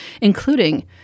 including